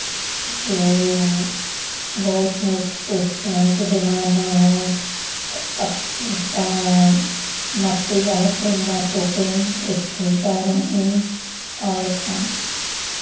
तो बहुत लोग सोचते हैं कि बीमार ना हो उसका मिट्टी ऐस खुलता नहीं और क्या